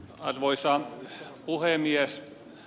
arvoisa puhemies